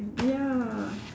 ya